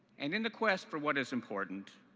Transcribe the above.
and in the quest for what is important,